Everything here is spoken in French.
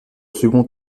second